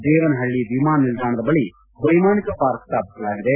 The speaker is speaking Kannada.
ದೇವನಹಳ್ಳ ವಿಮಾನ ನಿಲ್ದಾಣದ ಬಳಿ ವೈಮಾನಿಕ ಪಾರ್ಕ್ ಸ್ಥಾಪಿಸಲಾಗಿದೆ